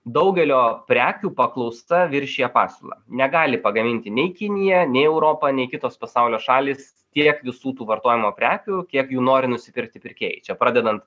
daugelio prekių paklausa viršija pasiūlą negali pagaminti nei kinija nei europa nei kitos pasaulio šalys tiek visų tų vartojimo prekių kiek jų nori nusipirkti pirkėjai čia pradedant